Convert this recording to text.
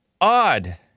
odd